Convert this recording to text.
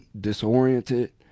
disoriented